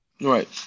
Right